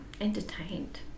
Entertained